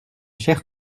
chers